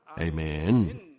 Amen